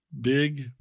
Big